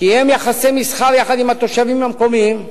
קיים יחסי מסחר עם התושבים המקומיים,